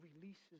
releases